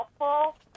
helpful